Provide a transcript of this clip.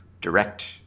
direct